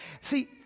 See